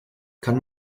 kann